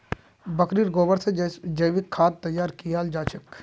बकरीर गोबर से जैविक खाद तैयार कियाल जा छे